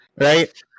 Right